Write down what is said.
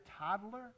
toddler